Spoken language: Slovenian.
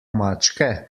mačke